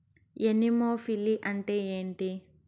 Anemophily అంటే ఏంటి?